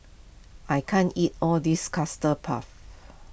I can't eat all this Custard Puff